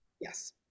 Yes